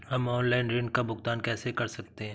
हम ऑनलाइन ऋण का भुगतान कैसे कर सकते हैं?